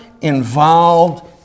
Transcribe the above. involved